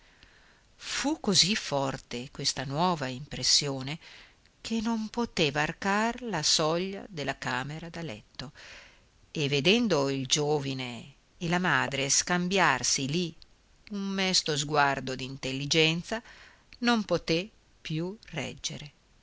fu così forte questa nuova impressione che non poté varcar la soglia della camera da letto e vedendo il giovine e la madre scambiarsi lì un mesto sguardo di intelligenza non poté più reggere